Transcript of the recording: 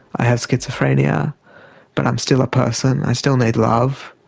i have schizophrenia but i'm still a person. i still need love,